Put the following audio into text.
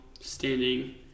standing